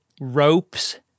ropes